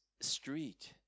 street